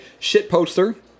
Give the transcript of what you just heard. shitposter